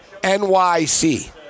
NYC